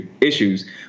issues